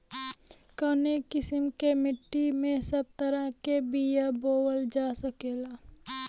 कवने किसीम के माटी में सब तरह के बिया बोवल जा सकेला?